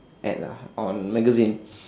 ad lah on magazine